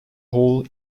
hole